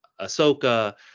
Ahsoka